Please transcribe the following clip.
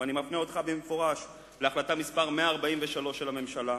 ואני מפנה אותך במפורש להחלטה מס' 143 של הממשלה,